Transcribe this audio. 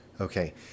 Okay